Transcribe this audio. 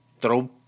throw